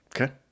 Okay